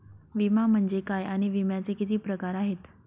विमा म्हणजे काय आणि विम्याचे किती प्रकार आहेत?